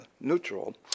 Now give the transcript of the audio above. neutral